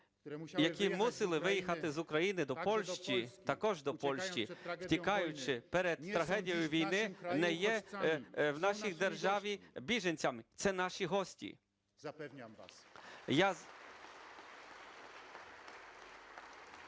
які мусили виїхати з України до Польщі, також до Польщі, втікаючи перед трагедією війни не є в нашій державі біженцями – це наші гості.